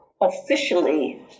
Officially